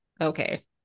Okay